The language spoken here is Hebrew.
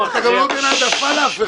אתה גם לא נותן העדפה לאף אחד.